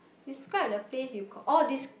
describe the place you ca~ oh this